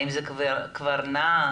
האם זה כבר נע?